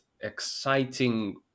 exciting